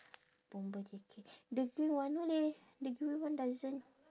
bomber jacket the green one no leh the green one doesn't